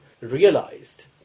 realized